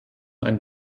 ein